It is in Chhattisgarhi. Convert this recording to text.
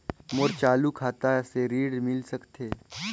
मोर चालू खाता से ऋण मिल सकथे?